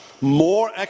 more